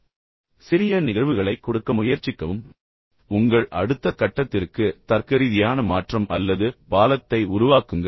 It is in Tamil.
எனவே சிறிய நிகழ்வுகளை கொடுக்க முயற்சிக்கவும் உங்கள் அடுத்த கட்டத்திற்கு தர்க்கரீதியான மாற்றம் அல்லது பாலத்தை உருவாக்குங்கள்